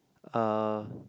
uh